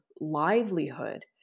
livelihood